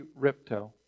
ripto